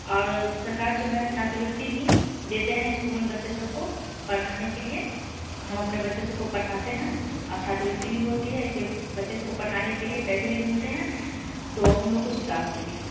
और सरकार जो है छात्रवृत्ती भी देते हैं इस्कूल में बच्चे सब को पढ़ाने के लिए हम अपने बच्चे सब को पढ़ाते हैं और छात्रवृत्ती भी होती है इससे बच्चे सब को पढ़ाने के लिए पैसे भी मिलते हैं तो हम लोग को सुविधा होती है